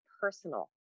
personal